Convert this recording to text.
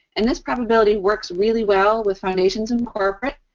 and this probability works really well with foundations and corporate.